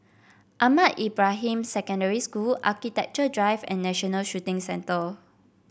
Ahmad Ibrahim Secondary School Architecture Drive and National Shooting Centre